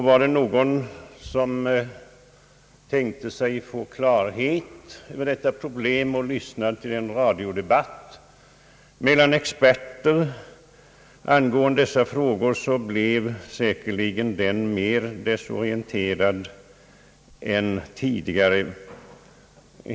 Var det någon som tänkte sig få klarhet över detta problem och lyssnade till en radiodebatt mellan experter angående dessa frågor, så blev han säkerligen än mera desorienterad än förut.